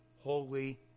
Holy